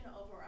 over